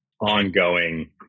ongoing